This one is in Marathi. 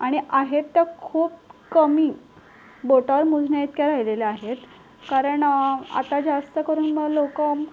आणि आहेत त्या खूप कमी बोटावर मोजण्याइतक्या राहिलेल्या आहेत कारण आता जास्त करून मग लोकं